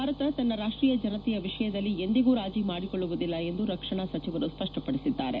ಭಾರತ ತನ್ನ ರಾಷ್ಟೀಯ ಜನತೆಯ ವಿಷಯದಲ್ಲಿ ಎಂದಿಗೂ ರಾಜೀ ಮಾಡಿಕೊಳ್ಳುವುದಿಲ್ಲ ಎಂದು ರಕ್ಷಣಾ ಸಚಿವರು ಸ್ಪಷ್ಟಪಡಿಸಿದ್ದಾರೆ